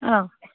অঁ